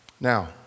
Now